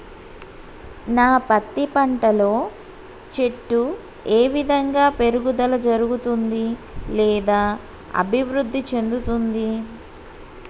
నా పత్తి పంట లో చెట్టు ఏ విధంగా పెరుగుదల జరుగుతుంది లేదా అభివృద్ధి చెందుతుంది?